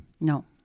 No